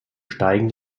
steigen